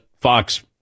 Fox